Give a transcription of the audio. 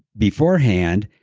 beforehand,